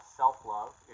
self-love